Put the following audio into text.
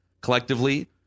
collectively